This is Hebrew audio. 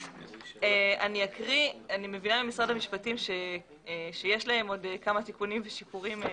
אני מבינה ממשרד המשפטים שיש להם עוד כמה תיקונים ושיפורים.